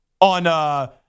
on